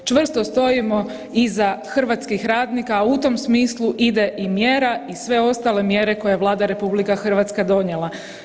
Čvrsto stojimo iza hrvatskih radnika, a u tom smislu ide i mjera i sve ostale mjere koje je Vlada RH donijela.